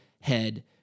head